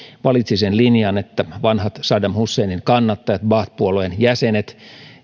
valitsi sen linjan että vanhat saddam husseinin kannattajat baath puolueen jäsenet